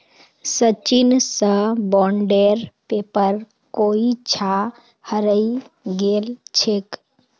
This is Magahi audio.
सचिन स बॉन्डेर पेपर कोई छा हरई गेल छेक